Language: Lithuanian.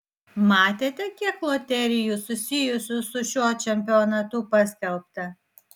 matėte kiek loterijų susijusių su šiuo čempionatu paskelbta